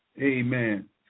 Amen